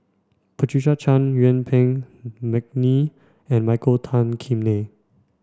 Patricia Chan Yuen Peng McNeice and Michael Tan Kim Nei